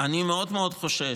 אני ממש חושב